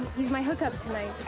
he's my hookup tonight.